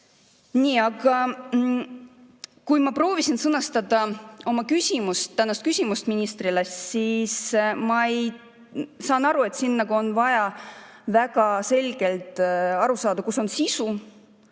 lõime. Kui ma proovisin sõnastada oma tänast küsimust ministrile, siis sain aru, et siin on vaja väga selgelt aru saada, kus on sisu